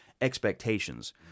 expectations